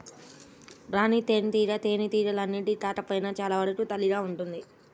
రాణి తేనెటీగ తేనెటీగలన్నింటికి కాకపోయినా చాలా వరకు తల్లిగా ఉంటుంది